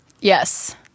Yes